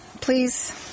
please